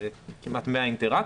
זה כמעט 100 אינטראקציות.